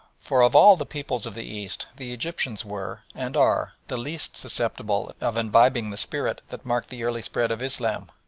for of all the peoples of the east the egyptians were, and are, the least susceptible of imbibing the spirit that marked the early spread of islam,